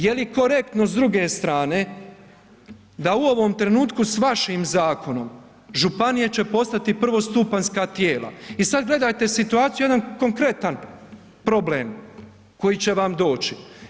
Jeli korektno s druge strane da u ovom trenutku s vašim zakonom županije će postati prvostupanjska tijela i sada gledajte situaciju jedan konkretan problem koji će vam doći.